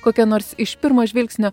kokia nors iš pirmo žvilgsnio